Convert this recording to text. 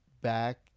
back